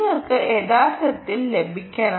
നിങ്ങൾക്കത് യഥാർത്ഥത്തിൽ ലഭിക്കണം